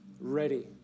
ready